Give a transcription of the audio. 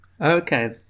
okay